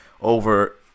over